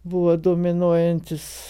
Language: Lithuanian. buvo dominuojantis